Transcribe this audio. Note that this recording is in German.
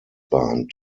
bahn